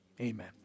Amen